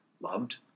loved